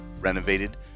renovated